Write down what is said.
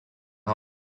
ha